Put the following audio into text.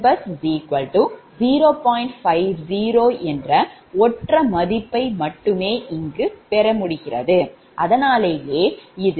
50 என்று கொடுக்கப்பட்டுள்ளது